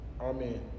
Amen